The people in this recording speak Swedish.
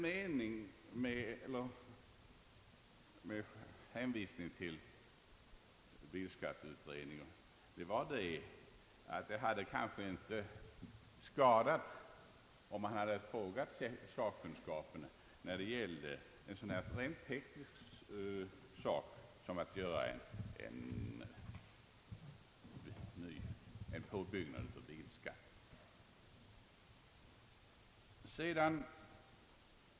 Vad jag avsåg med hänvisningen till bilskatteutredningen var att det kanske inte hade skadat om man hade frågat sakkunskapen när det gällde en sådan rent teknisk åtgärd som en påbyggnad av bilskatten.